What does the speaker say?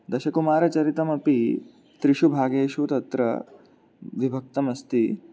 दशकुमारचरितम् अपि त्रिषु भागेषु तत्र विभक्तम् अस्ति